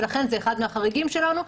ולכן זה אחד מהחריגים שלנו.